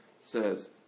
says